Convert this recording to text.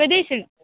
कधी येशील